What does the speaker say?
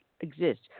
exist